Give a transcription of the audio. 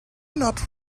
not